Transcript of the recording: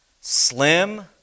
slim